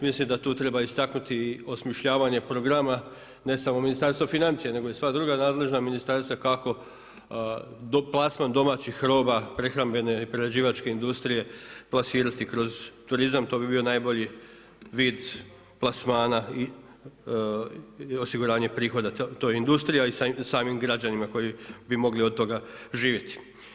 Mislim da tu treba istaknuti i osmišljavanje programa ne samo Ministarstvo financija nego i sva druga nadležna ministarstva kako plasman domaćih roba, prehrambene i prerađivačke industrije plasirati kroz turizam, to bi bio najbolji vid plasmana i osiguranje prihoda toj industriji, a i samim građanima koji bi mogli od toga živjeti.